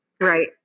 Right